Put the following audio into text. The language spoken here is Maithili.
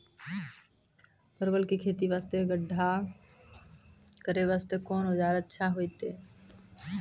परवल के खेती वास्ते गड्ढा करे वास्ते कोंन औजार अच्छा होइतै?